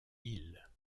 îles